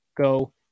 Go